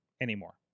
anymore